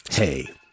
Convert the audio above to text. Hey